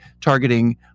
targeting